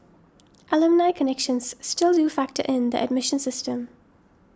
alumni connections still do factor in the admission system